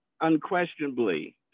unquestionably